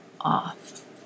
off